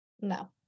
No